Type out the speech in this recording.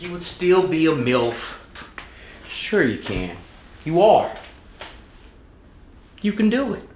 you would still be your milf sure you can you walk you can do it